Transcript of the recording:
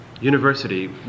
University